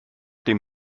dem